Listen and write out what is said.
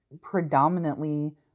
predominantly